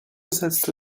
setzte